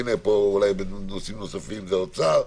אולי בנושאים נוספים זה אוצר.